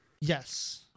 Yes